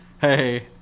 hey